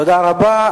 תודה רבה.